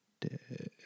dead